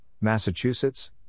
Massachusetts